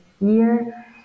year